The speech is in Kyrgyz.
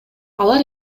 алар